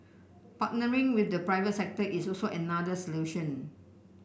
partnering with the private sector is also another solution